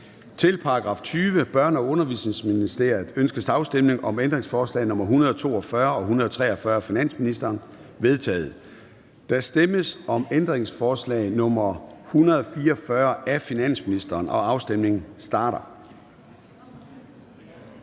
Til § 20. Børne- og Undervisningsministeriet. Ønskes afstemning om ændringsforslag nr. 142 og 143 af finansministeren? De er vedtaget. Der stemmes om ændringsforslag nr. 144 af finansministeren. Afstemningen starter.